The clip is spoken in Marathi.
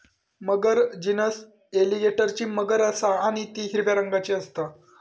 मगर जीनस एलीगेटरची मगर असा आणि ती हिरव्या रंगाची असता